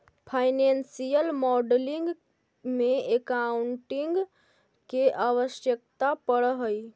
financial modelling में accounting के आवश्यकता पड़ऽ हई